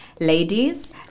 Ladies